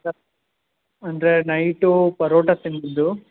sir ಅಂದರೆ night paratha ತಿಂದಿದ್ದು